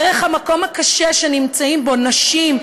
דרך המקום הקשה שנמצאים בו נשים,